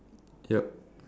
yup